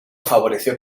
favoreció